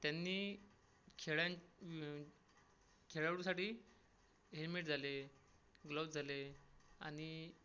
त्यांनी खेळ्यां खेळाडूंसाठी हेम्मेट झाले ग्लव्ज झाले आणि